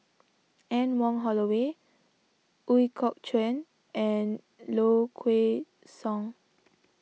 Anne Wong Holloway Ooi Kok Chuen and Low Kway Song